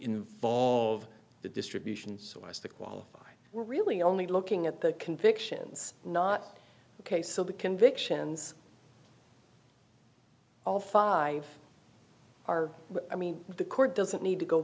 involve the distribution so as to qualify we're really only looking at the convictions not ok so the convictions of five are i mean the court doesn't need to go